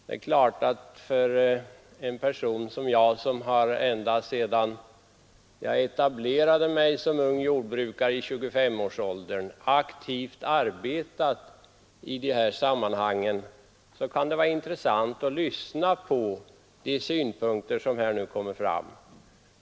Det är klart att det för en person som jag, som ända sedan jag etablerade mig såsom ung jordbrukare i 25-årsåldern aktivt har arbetat i dessa sammanhang, kan vara intressant att lyssna på de synpunkter som nu här kommer fram.